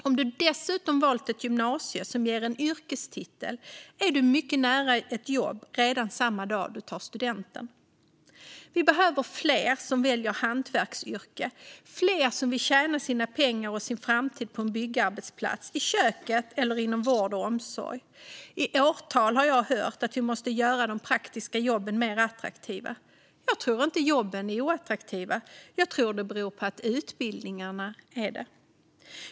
Om du dessutom har valt ett gymnasium som ger en yrkestitel är du mycket nära ett jobb redan samma dag du tar studenten. Vi behöver fler som väljer hantverksyrken, fler som vill tjäna sina pengar och ser sin framtid på en byggarbetsplats, i ett kök eller inom vård och omsorg. I åratal har jag hört att vi måste göra de praktiska jobben mer attraktiva. Jag tror inte att jobben är oattraktiva. Jag tror att det beror på att utbildningarna är det.